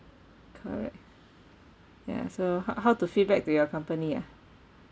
correct ya so how how to feedback to your company ah